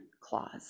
clause